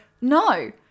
no